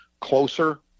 closer